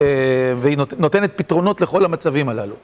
והיא נותנת פתרונות לכל המצבים הללו.